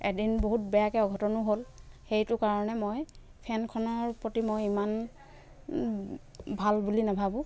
এদিন বহুত বেয়াকে অঘটনো হ'ল সেইটো কাৰণে মই ফেনখনৰ প্ৰতি মই ইমান ভাল বুলি নাভাবোঁ